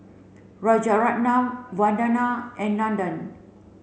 Rajaratnam Vandana and Nandan